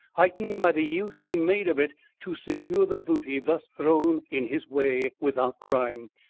heightened by the use he made of it to secure the booty thus thrown in his way without crime,